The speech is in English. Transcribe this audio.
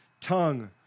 tongue